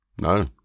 No